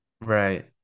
right